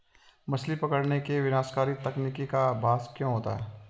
मछली पकड़ने की विनाशकारी तकनीक का अभ्यास क्यों होता है?